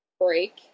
Break